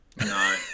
No